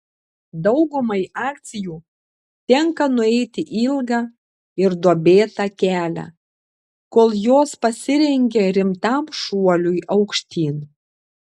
daugumai akcijų tenka nueiti ilgą ir duobėtą kelią kol jos pasirengia rimtam šuoliui aukštyn